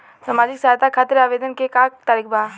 सामाजिक सहायता खातिर आवेदन के का तरीका बा?